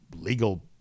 legal